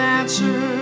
answer